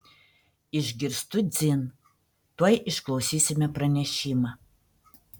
išgirstu dzin tuoj išklausysime pranešimą